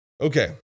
Okay